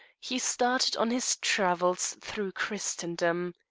he started on his travels through christendom.